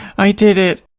i did it!